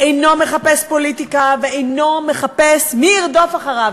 אינו מחפש פוליטיקה ואינו מחפש מי ירדוף אחריו,